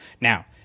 Now